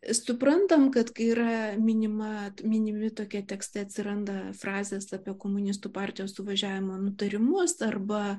suprantam kad kai yra minima minimi tokie tekstai atsiranda frazės apie komunistų partijos suvažiavimo nutarimus arba